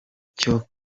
cyo